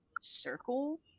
circle